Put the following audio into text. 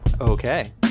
Okay